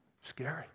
Scary